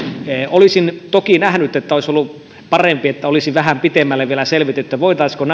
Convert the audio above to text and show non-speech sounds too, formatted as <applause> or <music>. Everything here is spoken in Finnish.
olisin toki nähnyt että olisi ollut parempi että olisi vähän pitemmälle vielä selvitetty voitaisiinko <unintelligible>